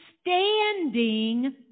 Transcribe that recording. standing